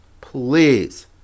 please